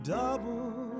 double